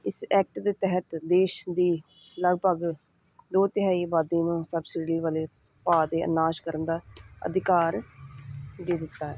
ਇਸ ਐਕਟ ਦੇ ਤਹਿਤ ਦੇਸ਼ ਦੀ ਲਗਭਗ ਦੋ ਤਿਹਾਈ ਆਬਾਦੀ ਨੂੰ ਸਬਸਿਡੀ ਵਾਲੇ ਭਾਅ ਦੇ ਨਾਸ਼ ਕਰਨ ਦਾ ਅਧਿਕਾਰ ਦੇ ਦਿੱਤਾ